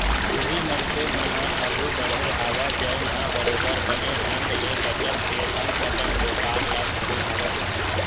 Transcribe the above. उही मनखे मन ह आघु बड़हे हवय जउन ह बरोबर बने ढंग ले बचत के संग अपन बेपार ल करे हवय